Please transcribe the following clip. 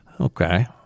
Okay